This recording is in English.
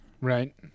Right